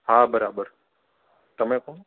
હા બરાબર તમે કોણ